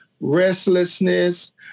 restlessness